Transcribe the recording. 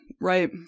right